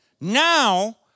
now